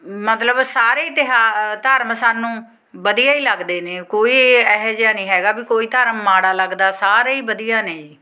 ਮਤਲਬ ਸਾਰੇ ਤਿਹਾ ਅ ਧਰਮ ਸਾਨੂੰ ਵਧੀਆ ਹੀ ਲੱਗਦੇ ਨੇ ਕੋਈ ਇਹੋ ਜਿਹਾ ਨਹੀਂ ਹੈਗਾ ਵੀ ਕੋਈ ਧਰਮ ਮਾੜਾ ਲੱਗਦਾ ਸਾਰੇ ਹੀ ਵਧੀਆ ਨੇ ਜੀ